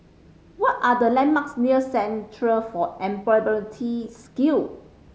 what are the landmarks near Centre for Employability Skill